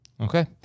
Okay